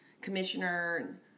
commissioner